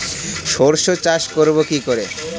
সর্ষে চাষ করব কি করে?